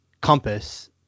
compass